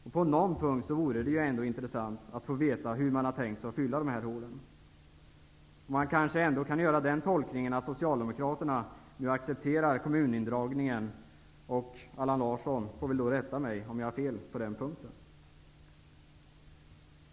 Det vore ändå intressant att på någon punkt få veta hur man tänkt sig fylla de här hålen. Man kanske kan göra den tolkningen att socialdemokraterna nu accepterar indragningen från kommunerna. Allan Larsson får väl rätta mig om jag har fel på den punkten.